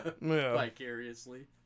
vicariously